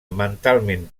mentalment